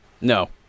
No